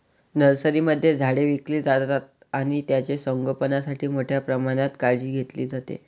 नर्सरीमध्ये झाडे विकली जातात आणि त्यांचे संगोपणासाठी मोठ्या प्रमाणात काळजी घेतली जाते